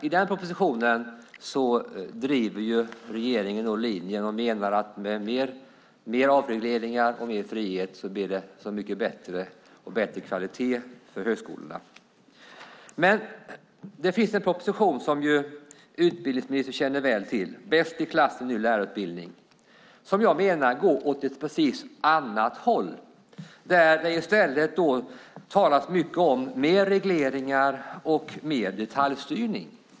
I den propositionen menar regeringen att med mer avregleringar och mer frihet blir det bättre kvalitet på högskolorna. Det finns en annan proposition som utbildningsministern känner väl till, nämligen Bäst i klassen - en ny lärarutbildning . Jag menar att den går åt ett helt annat håll. Där talas det mycket om mer regleringar och mer detaljstyrning.